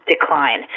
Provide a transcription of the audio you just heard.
decline